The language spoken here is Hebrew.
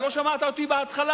אתה לא שמעת אותי בהתחלה,